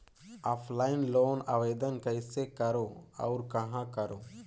Offline loan आवेदन कइसे करो और कहाँ करो?